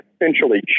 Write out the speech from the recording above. essentially